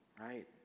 right